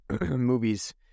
movies